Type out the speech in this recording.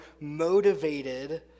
motivated